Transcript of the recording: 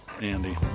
Andy